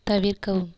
தவிர்க்கவும்